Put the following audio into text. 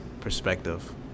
perspective